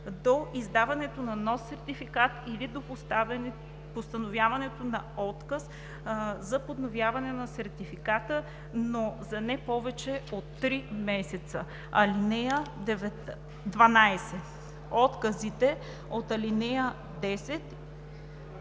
до издаването на нов сертификат или до постановяването на отказ за подновяване на сертификата, но за не повече от три месеца. (12) Отказите по ал. 10